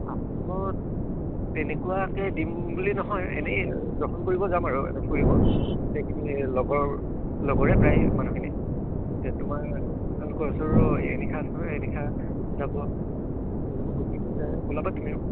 তেনেকুৱাকে দিম বুলি নহয় এনেই দৰ্শন কৰিব যাম আৰু এ ফুৰিব লগৰ লগৰে প্ৰায় মানুহখিনে এয়া তোমাৰ তেওঁলোকৰ ওচৰ এনিশা আছে এনিশা যাব যাব গতিকে ওলাবা তুমিও